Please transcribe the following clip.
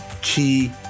key